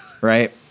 right